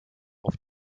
auf